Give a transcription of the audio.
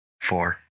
Four